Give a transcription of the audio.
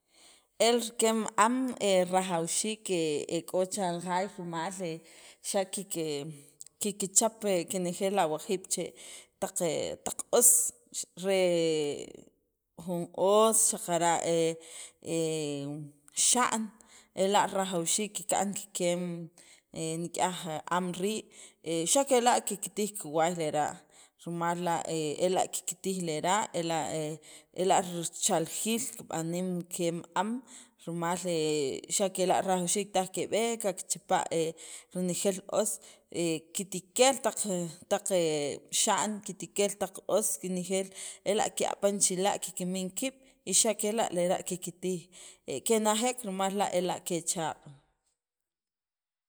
El rikeem am he rajawxiik he k'o chal jaay rimal xa' kiki he kikchap kenejeel li awajiib', che taq os, re jun os, xaqara' he he xa'n e la' rajawxiik kika'n kikem li am rii', xa' kela' kiktij kiway lera', rimal la' ela' kiktij lera' ela' he richaljiil kikb'anim li keem am, xa' kela' rajawxiik taj keb'eek kakchipa' he renejeel os, he kiktikeel taq he taq xa'n, kitikeel taq os kinejeel ela' ke'apan chila', kikmin kiib' xa' kela' lera' kenajek rimal ela' kechaq'.